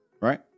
right